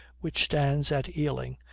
which stands at ealing,